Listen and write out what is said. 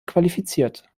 qualifiziert